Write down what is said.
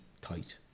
tight